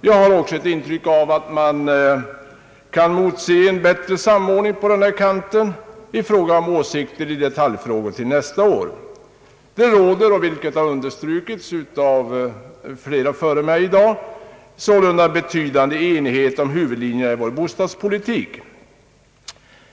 Jag har också ett intryck av att man till nästa år kan emotse en bättre samordning på den här kanten i fråga om åsikter i detaljfrågor. Det råder, vilket också i dag har understrukits av flera talare före mig, betydande enighet om huvudlinjerna i vår bostadspolitik.